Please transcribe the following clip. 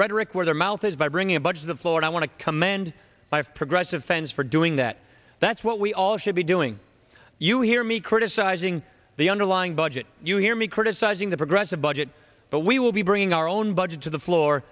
rhetoric where their mouth is by bringing a bunch of the floor i want to commend i have progressive friends for doing that that's what we all should be doing you hear me criticizing the underlying budget you hear me criticizing the progressive budget but we will be bringing our own budget to the floor